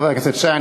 חבר הכנסת שי,